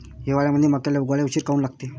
हिवाळ्यामंदी मक्याले उगवाले उशीर काऊन लागते?